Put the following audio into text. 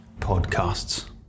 podcasts